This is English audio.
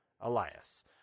elias